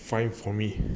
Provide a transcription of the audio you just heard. find for me